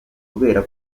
kubera